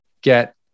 get